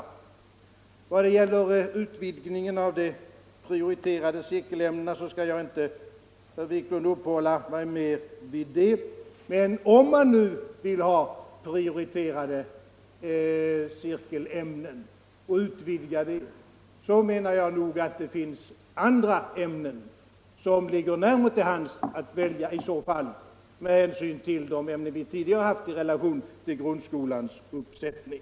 Utvidgningen av kretsen prioriterade cirkelämnen skall jag inte uppehålla mig mer vid. Men om man nu vill ha prioriterade cirkelämnen och skall utvidga det området, menar jag att det i så fall finns andra ämnen som ligger närmare till hands att välja med hänsyn till de ämnen vi tidigare haft i relation till grundskolans ämnesuppsättning.